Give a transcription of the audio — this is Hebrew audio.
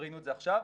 ראינו את זה עכשיו.